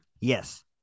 Yes